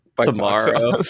tomorrow